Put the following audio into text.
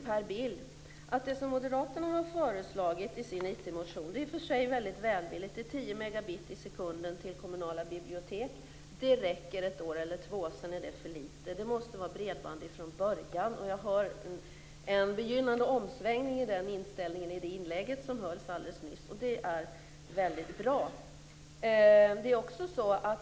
Per Bill, vad Moderaterna föreslår i sin IT-motion är i och för sig välvilligt - 10 megabit i sekunden till kommunala bibliotek men det räcker ett år eller två. Sedan är det för lite. Det måste vara bredband från början. Jag hörde i inlägget alldeles nyss en begynnande omsvängning vad gäller inställningen där. Det är väldigt bra.